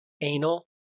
anal